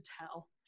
tell